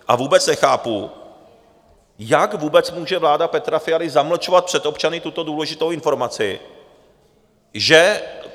A vůbec nechápu, jak může vláda Petra Fialy zamlčovat před občany tuto důležitou informaci, že...